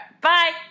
Bye